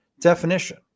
definition